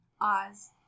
Oz